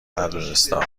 ندونسته